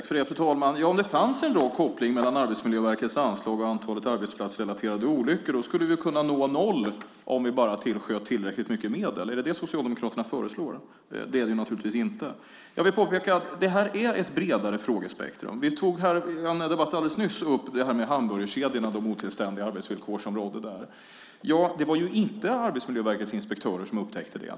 Fru talman! Om det fanns en bra koppling mellan Arbetsmiljöverkets anslag och antalet arbetsplatsrelaterade olyckor skulle vi kunna nå noll om vi bara tillsköt tillräckligt mycket medel. Är det detta som Socialdemokraterna föreslår? Det är det naturligtvis inte. Jag vill påpeka att detta är ett bredare frågespektrum. Vi tog i en debatt alldeles nyss upp hamburgerkedjorna och de otillständiga arbetsvillkor som råder där. Det var inte Arbetsmiljöverkets inspektörer som upptäckte det.